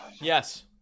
Yes